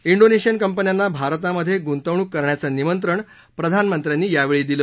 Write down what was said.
डीनेशियन कंपन्यांना भारतामध्ये गुंतवणूक करण्याचं निमंत्रण प्रधानमंत्र्यांनी यावेळी दिलं